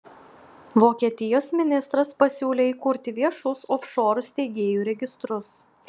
vokietijos ministras pasiūlė įkurti viešus ofšorų steigėjų registrus